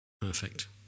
Perfect